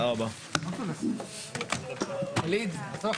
הישיבה ננעלה בשעה